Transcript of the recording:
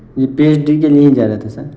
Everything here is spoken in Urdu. پی ایچ ڈی کے لیے ہی جا رہا تھا سر